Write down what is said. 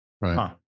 Right